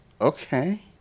okay